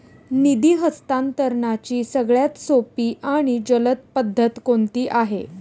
निधी हस्तांतरणाची सगळ्यात सोपी आणि जलद पद्धत कोणती आहे?